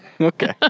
Okay